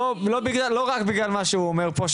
לא רק בגלל מה שהוא אומר פה,